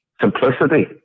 simplicity